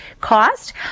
cost